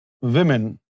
women